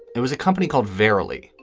it was a company called verilli.